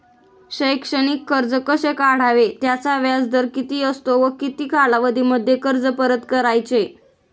शैक्षणिक कर्ज कसे काढावे? त्याचा व्याजदर किती असतो व किती कालावधीमध्ये कर्ज परत करायचे?